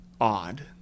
odd